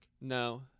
No